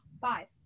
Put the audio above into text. Five